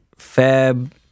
Fab